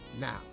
Now